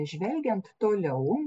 žvelgiant toliau